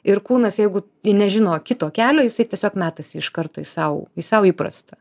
ir kūnas jeigu nežino kito kelio jisai tiesiog metasi iš karto į sau į sau įprastą